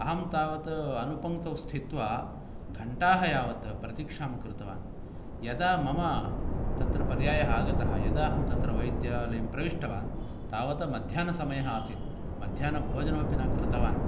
अहं तावत् अनुपङ्क्तौ स्थित्वा घण्टा यावत् प्रतिक्षां कृतवान् यदा मम तत्र पर्याय आगत यदा अहं तत्र वैद्यालयं प्रविष्टवान् तावता मध्यान्हसमय आसीत् मध्यान्हभोजनमपि न कृतवान्